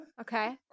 Okay